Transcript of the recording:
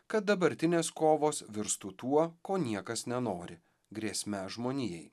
kad dabartinės kovos virstų tuo ko niekas nenori grėsme žmonijai